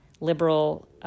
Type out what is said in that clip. liberal